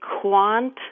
Quant